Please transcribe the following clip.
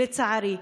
לצערי.